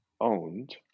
owned